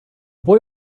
boy